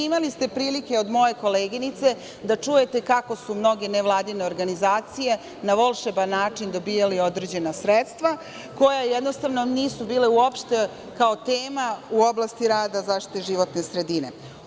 Imali ste prilike, od moje koleginice, da čujete kako su mnoge nevladine organizacije na volšeban način dobijale određena sredstva koja jednostavno nisu bila, uopšte, kao tema u oblasti rada zaštite životne sredine.